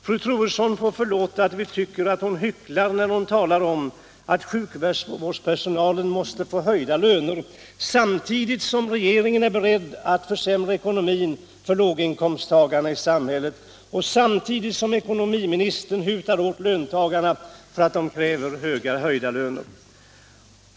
Fru Troedsson får förlåta att vi tycker att hon hycklar när hon talar om att sjukvårdspersonalen måste få höjda löner, samtidigt som regeringen är beredd att försämra ekonomin för låginkomsttagarna i samhället, och samtidigt som ekonomiministern hutar åt löntagarna för att de kräver höjda löner.